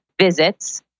visits